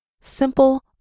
Simple